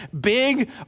big